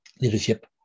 leadership